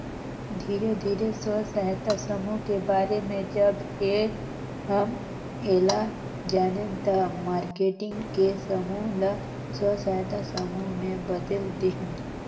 धीरे धीरे स्व सहायता समुह के बारे में जब हम ऐला जानेन त मारकेटिंग के समूह ल स्व सहायता समूह में बदेल देहेन